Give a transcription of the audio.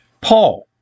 Paul